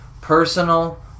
personal